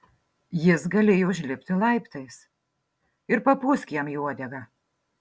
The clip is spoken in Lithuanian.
jis galėjo užlipti laiptais ir papūsk jam į uodegą